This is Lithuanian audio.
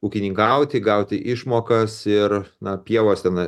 ūkininkauti gauti išmokas ir na pievose na